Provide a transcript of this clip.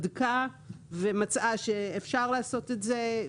בדקה ומצאה שאפשר לעשות את זה,